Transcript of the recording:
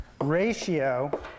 ratio